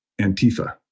Antifa